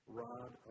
rod